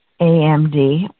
AMD